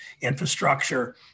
Infrastructure